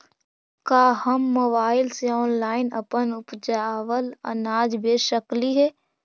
का हम मोबाईल से ऑनलाइन अपन उपजावल अनाज बेच सकली हे?